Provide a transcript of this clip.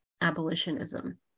abolitionism